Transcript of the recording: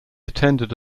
attended